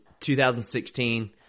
2016